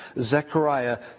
Zechariah